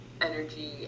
energy